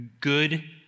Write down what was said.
good